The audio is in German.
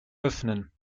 öffnen